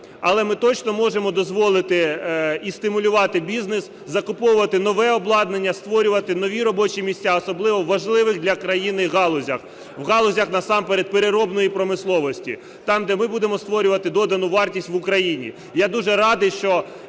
але ми точно можемо дозволити і стимулювати бізнес, закуповувати нове обладнання, створювати нові робочі місця, особливо в важливих для країни галузях, у галузях насамперед переробної промисловості, там, де ми будемо створювати додану вартість в Україні.